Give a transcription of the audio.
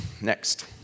Next